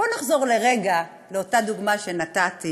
בואו נחזור לרגע לאותה דוגמה שנתתי